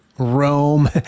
Rome